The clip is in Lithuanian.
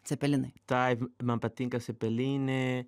cepelinai taip man patinka cepelinai